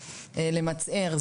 למצער,